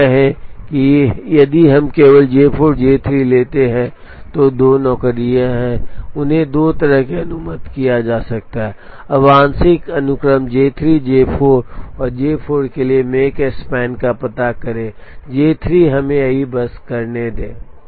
यह कहें कि यदि हम केवल J4 और J3 लेते हैं तो 2 नौकरियां हैं और उन्हें दो तरह से अनुमत किया जा सकता है अब आंशिक अनुक्रम J3 J4 और J4 के लिए मेक स्पैन का पता करें J3 हमें बस यही करने दें